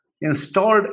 installed